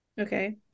Okay